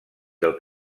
del